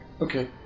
Okay